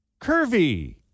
curvy